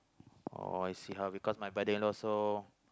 oh I see how because my brother-in-law so